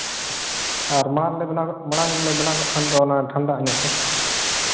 ᱟᱨ ᱢᱟᱲᱟᱝ ᱨᱮᱞᱮ ᱵᱮᱱᱟᱣ ᱠᱟᱜ ᱢᱟᱲᱟᱝ ᱨᱮᱞᱮ ᱵᱮᱱᱟᱣ ᱠᱟᱜ ᱠᱷᱟᱱ ᱚᱱᱟ ᱴᱷᱟᱱᱰᱟᱜᱼᱟ ᱤᱱᱟᱹᱜ ᱛᱮ